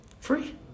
Free